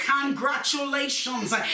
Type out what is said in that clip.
congratulations